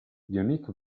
unique